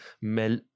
Mel